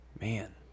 man